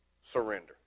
surrender